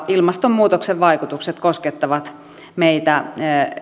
ilmastonmuutoksen vaikutukset koskettavat meitä